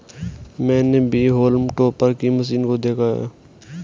मैंने भी haulm topper की मशीन को देखा है